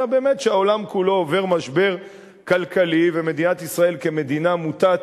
אלא שהעולם כולו עובר משבר כלכלי ומדינת ישראל כמדינה מוטת